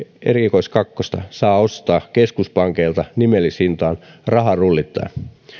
erikoiskakkosta saa ostaa keskuspankeilta nimellishintaan raharullittain